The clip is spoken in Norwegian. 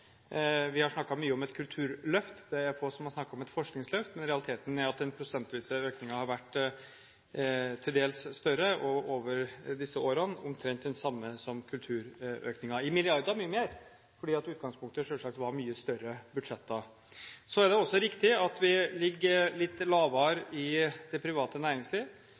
Vi har snakket mye om et kulturløft. Det er få som har snakket om et forskningsløft, men realiteten er at den prosentvise økningen har vært til dels større over disse årene – omtrent den samme som kulturøkningen, men i milliarder mye mer fordi utgangspunktet selvsagt var mye større budsjetter. Så er det også riktig at vi ligger litt lavere i det private næringsliv.